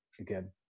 again